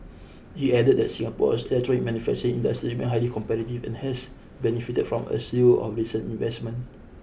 he added that Singapore's electronics manufacturing industry remained highly competitive and has benefited from a slew of recent investments